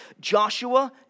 Joshua